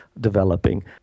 developing